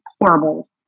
horrible